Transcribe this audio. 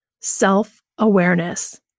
self-awareness